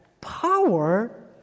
power